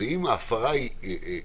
אם זו הפרה קטנה,